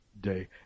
day